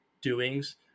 doings